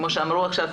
כמו שאמרו עכשיו,